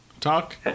Talk